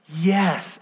yes